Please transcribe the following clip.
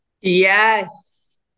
Yes